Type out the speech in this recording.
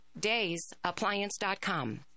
DaysAppliance.com